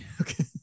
Okay